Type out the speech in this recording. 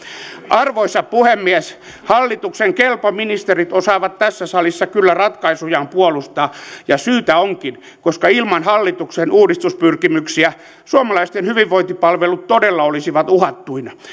arvoisa puhemies hallituksen kelpo ministerit osaavat tässä salissa kyllä ratkaisujaan puolustaa ja syytä onkin koska ilman hallituksen uudistuspyrkimyksiä suomalaisten hyvinvointipalvelut todella olisivat uhattuina